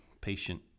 patient